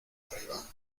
arriba